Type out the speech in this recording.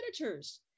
editors